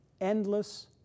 endless